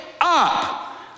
up